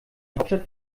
hauptstadt